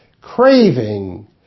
craving